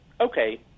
okay